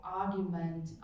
argument